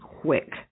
quick